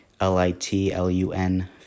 L-I-T-L-U-N